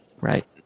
right